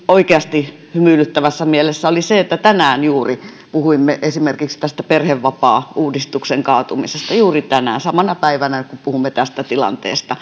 oikeasti kovin hymyilyttävässä mielessä oli se että tänään juuri puhuimme esimerkiksi tästä perhevapaauudistutuksen kaatumisesta juuri tänään samana päivänä kun puhumme tästä tilanteesta